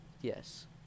yes